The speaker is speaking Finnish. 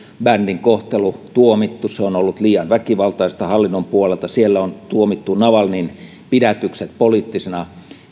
bändin kohtelu tuomittu se on ollut liian väkivaltaista hallinnon puolelta siellä on tuomittu navalnyin pidätykset poliittisina